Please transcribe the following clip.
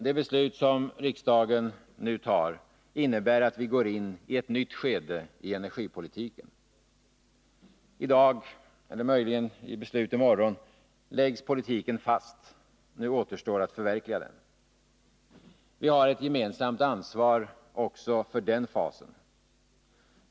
De beslut som riksdagen nu fattar innebär att vi går in i ett nytt skede i energipolitiken. I dag, eller möjligen vid beslut i morgon, läggs politiken fast. Nu återstår att förverkliga den. Vi har ett gemensamt ansvar också för den fasen.